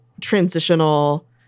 transitional